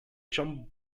jump